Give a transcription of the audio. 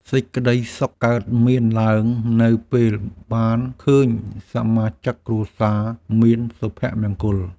សេចក្ដីសុខកើតមានឡើងនៅពេលបានឃើញសមាជិកគ្រួសារមានសុភមង្គល។